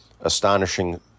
astonishing